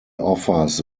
offers